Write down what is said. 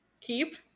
Keep